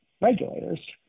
regulators